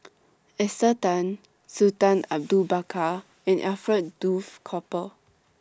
Esther Tan Sultan Abu Bakar and Alfred Duff Cooper